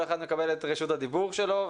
כל אחד מקבל את רשות הדיבור שלו.